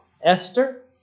Esther